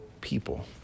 people